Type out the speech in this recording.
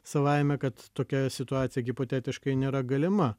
savaime kad tokia situacija hipotetiškai nėra galima